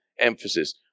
emphasis